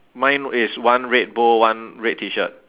mine is one red bow one red T shirt